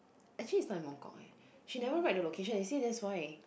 actually it's not in Mongkok leh she never write the location you see that's why